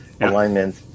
alignment